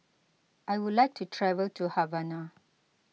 I would like to travel to Havana